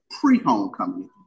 pre-homecoming